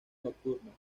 nocturnas